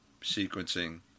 sequencing